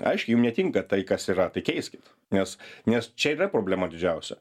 aiškiai jum netinka tai kas yra tai keiskit nes nes čia yra problema didžiausia